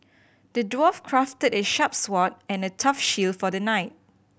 the dwarf crafted a sharp sword and a tough shield for the knight